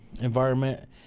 environment